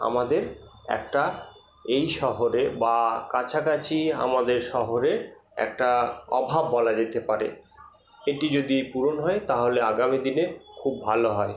আমাদের একটা এই শহরে বা কাছাকাছি আমাদের শহরের একটা অভাব বলা যেতে পারে এটি যদি পূরণ হয় তাহলে আগামী দিনে খুব ভালো হয়